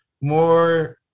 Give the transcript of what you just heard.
more